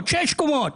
שש קומות,